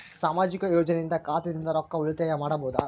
ಸಾಮಾಜಿಕ ಯೋಜನೆಯಿಂದ ಖಾತಾದಿಂದ ರೊಕ್ಕ ಉಳಿತಾಯ ಮಾಡಬಹುದ?